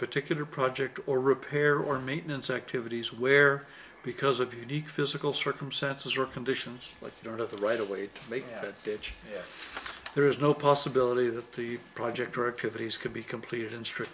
particular project or repair or maintenance activities where because of unique physical circumstances or conditions like you don't have the right of way to make that pitch there is no possibility that the project or a pivot is could be completed in strict